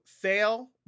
fail